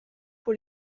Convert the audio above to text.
pour